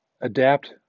Adapt